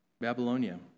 Babylonia